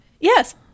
Yes